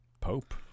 Pope